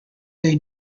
day